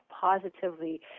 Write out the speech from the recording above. positively